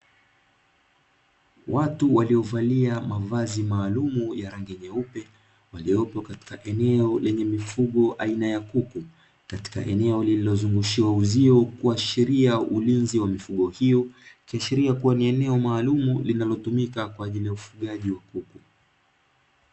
Watu waliovalia mavalia maalumu ya rangi nyeupe waliopo katika eneo lenye mifugo aina ya kuku, katika eneo lililozungushiwa uzio kuashiria ulinzi wa mifugo hiyo. Ikiashiria kua ni eneo maalumu linalotumika kwa ajili ya ufugaji wa kuku.